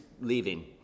leaving